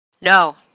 No